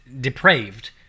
depraved